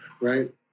Right